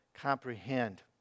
comprehend